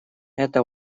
это